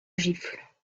gifle